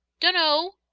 dunno!